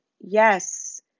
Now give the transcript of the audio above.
Yes